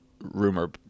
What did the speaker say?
rumor